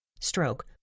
stroke